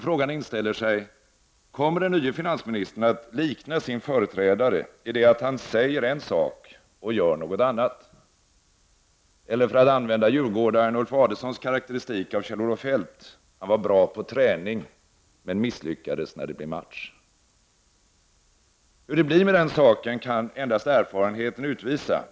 Frågan inställer sig: Kommer den nye finansministern att likna sin företrädare i det att han säger en sak och gör något annat? Eller för att använda djurgårdaren Ulf Adelsohns karakteristik av Kjell-Olof Feldt: Han var bra på träning men misslyckades när det blev match! Hur det blir med den saken kan endast erfarenheten utvisa.